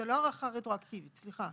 זו לא הארכה רטרואקטיבית, סליחה.